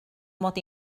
mod